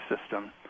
system